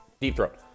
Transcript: deep-throat